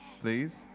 please